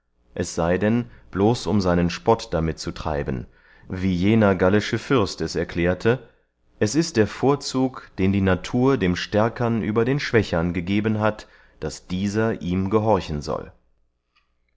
es sey denn bloß um seinen spott damit zu treiben wie jener gallische fürst es erklärte es ist der vorzug den die natur dem stärkern über den schwächern gegeben hat daß dieser ihm gehorchen soll